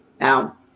Now